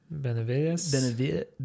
Benavides